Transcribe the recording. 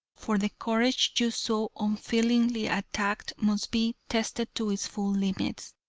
for the courage you so unfeelingly attacked must be tested to its full limits.